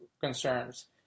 concerns